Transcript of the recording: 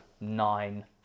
nine